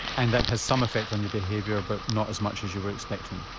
and that has some effect on your behaviour but not as much as you were expecting?